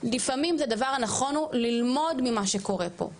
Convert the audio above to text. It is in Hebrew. לפעמים הדבר הנכון הוא ללמוד ממה שקורה פה,